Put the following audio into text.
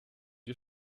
die